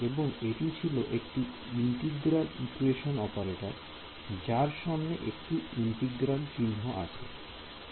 এবং এটি ছিল একটি ইন্টিগ্রাল ইকুয়েশন অপারেটর যার সামনে একটি ইন্টিগ্রাল চিহ্ন আছে